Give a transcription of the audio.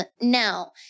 Now